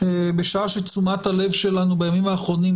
בשעה שתשומת הלב שלנו בימים האחרונים,